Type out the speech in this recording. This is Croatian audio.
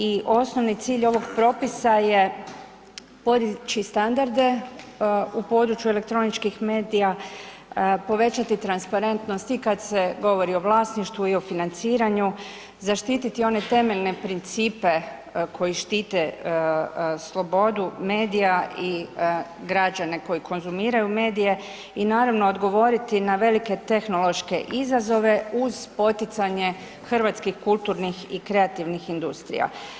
I osnovni cilj ovog propisa je podići standarde u području elektroničkih medija, povećati transparentnost i kad se govori o vlasništvu i o financiranju, zaštiti one temeljne principe koji štite slobodu medija i građane koji konzumiraju medije i naravno odgovoriti na velike tehnološke izazove uz poticanje hrvatskih kulturnih i kreativnih industrija.